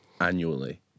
annually